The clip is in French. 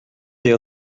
des